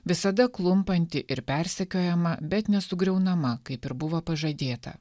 visada klumpanti ir persekiojama bet nesugriaunama kaip ir buvo pažadėta